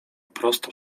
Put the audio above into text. prosto